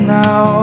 now